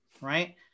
right